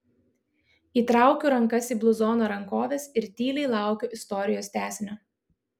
įtraukiu rankas į bluzono rankoves ir tyliai laukiu istorijos tęsinio